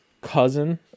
cousin